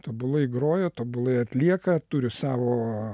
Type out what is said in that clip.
tobulai groja tobulai atlieka turi savo